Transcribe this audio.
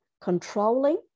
controlling